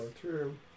True